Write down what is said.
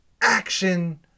Action